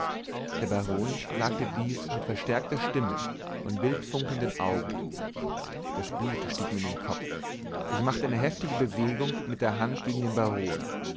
der baron sagte dies mit verstärkter stimme und wildfunkelnden augen das blut stieg mir in den kopf ich machte eine heftige bewegung mit der hand gegen den baron